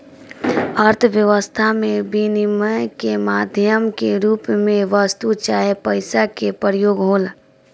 अर्थव्यस्था में बिनिमय के माध्यम के रूप में वस्तु चाहे पईसा के प्रयोग होला